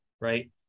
Right